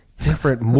different